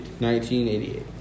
1988